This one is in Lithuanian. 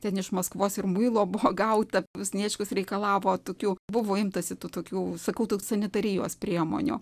ten iš maskvos ir muilo buvo gauta sniečkus reikalavo tokių buvo imtasi tų tokių sakau tų sanitarijos priemonių